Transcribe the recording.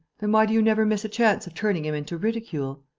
then why do you never miss a chance of turning him into ridicule?